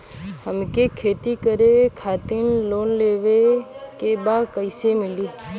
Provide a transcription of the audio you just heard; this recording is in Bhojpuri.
हमके खेती करे खातिर लोन लेवे के बा कइसे मिली?